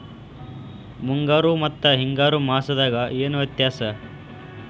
ಮುಂಗಾರು ಮತ್ತ ಹಿಂಗಾರು ಮಾಸದಾಗ ಏನ್ ವ್ಯತ್ಯಾಸ?